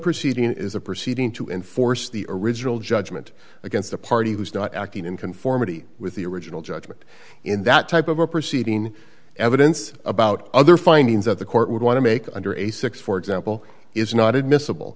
proceeding is a proceeding to enforce the original judgment against the party was not acting in conformity with the original judgment in that type of a proceeding in evidence about other findings that the court would want to make under a six for example is not admissible